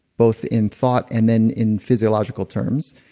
both in thought and then in physiological terms.